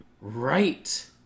right